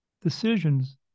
decisions